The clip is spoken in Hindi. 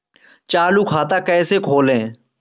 चालू खाता कैसे खोलें?